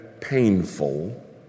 painful